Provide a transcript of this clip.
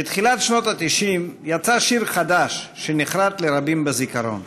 בתחילת שנות ה-90 יצא שיר חדש שנחרת לרבים בזיכרון.